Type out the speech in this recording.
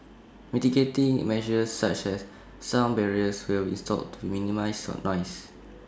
mitigating measures such as sound barriers will be installed to minimise noise